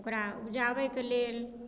ओकरा उपजाबैके लेल